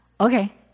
okay